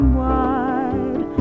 wide